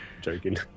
Joking